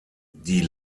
die